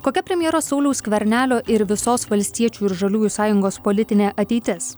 kokia premjero sauliaus skvernelio ir visos valstiečių ir žaliųjų sąjungos politinė ateitis